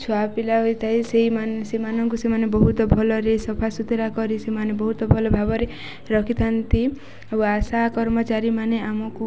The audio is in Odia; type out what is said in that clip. ଛୁଆ ପିଲା ହୋଇଥାଏ ସେହିମାନେ ସେମାନଙ୍କୁ ସେମାନେ ବହୁତ ଭଲରେ ସଫାସୁୁତୁରା କରି ସେମାନେ ବହୁତ ଭଲ ଭାବରେ ରଖିଥାନ୍ତି ଆଉ ଆଶା କର୍ମଚାରୀ ମାନେ ଆମକୁ